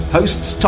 Hosts